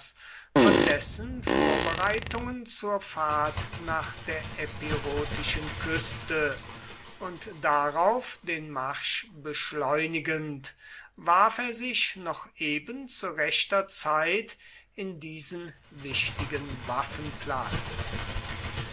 von dessen vorbereitungen zur fahrt nach der epirotischen küste und darauf den marsch beschleunigend warf er sich noch eben zu rechter zeit in diesen wichtigen